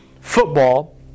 football